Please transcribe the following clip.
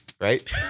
Right